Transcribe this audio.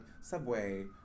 subway